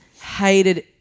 hated